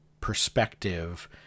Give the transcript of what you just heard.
perspective